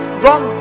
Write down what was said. wrong